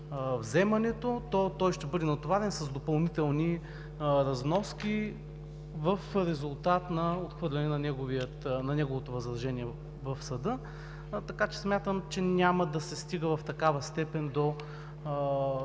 вземането, то той ще бъде натоварен с допълнителни разноски в резултат на отхвърляне на неговото възражение в съда. Така че смятам, че няма да се стига в такава степен до